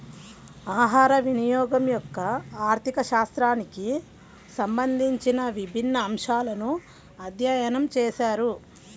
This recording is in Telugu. ఆహారవినియోగం యొక్క ఆర్థిక శాస్త్రానికి సంబంధించిన విభిన్న అంశాలను అధ్యయనం చేశారు